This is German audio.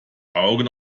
augen